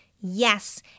yes